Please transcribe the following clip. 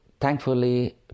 thankfully